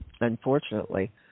unfortunately